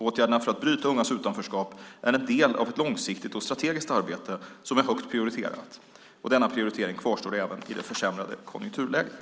Åtgärderna för att bryta ungas utanförskap är en del av ett långsiktigt och strategiskt arbete som är högt prioriterat. Denna prioritering kvarstår även i det försämrade konjunkturläget.